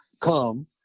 come